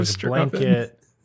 blanket